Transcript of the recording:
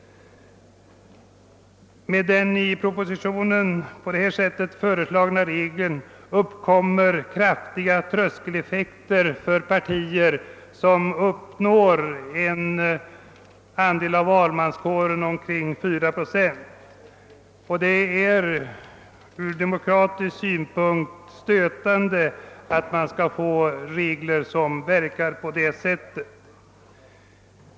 Med den i propositionen föreslagna regeln uppkommer emellertid en kraftig tröskeleffekt för partier som når en andel av valmanskåren på omkring 4 procent, och det är ur demokratisk synpunkt stötande med regler som verkar på det sättet.